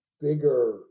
bigger